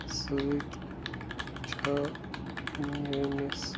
سۭتۍ چھا میٲنِس